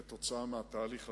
עקב התהליך הזה,